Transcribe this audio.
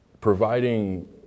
providing